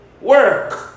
Work